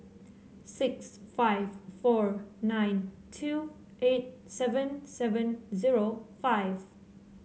six five four nine two eight seven seven zero five